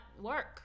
work